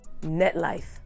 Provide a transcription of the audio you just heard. NetLife